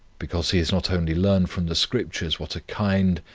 because he has not only learned from the scriptures what a kind,